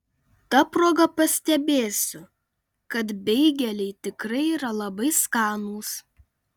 ta proga pastebėsiu kad beigeliai tikrai yra labai skanūs